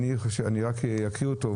אני רק אקריא אותו,